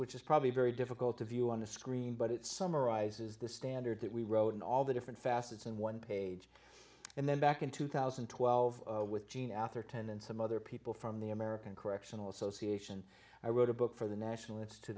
which is probably very difficult to view on the screen but it summarizes the standard that we wrote in all the different facets and one page and then back in two thousand and twelve with jean atherton and some other people from the american correctional association i wrote a book for the national it's to